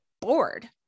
bored